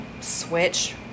switch